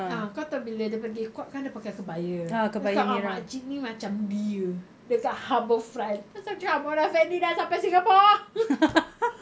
ah kau tahu bila dia pergi court kan dia pakai kebaya dia cakap ah makcik ni macam dia dekat harbourfront terus aku cakap mona fandey dah sampai singapore